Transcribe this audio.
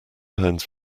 pounds